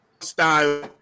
style